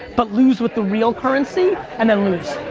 but lose with the real currency, and then lose.